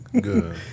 good